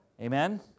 Amen